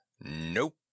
Nope